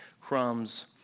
crumbs